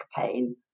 pain